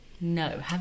no